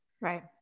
Right